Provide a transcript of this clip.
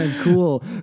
cool